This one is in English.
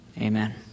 Amen